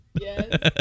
Yes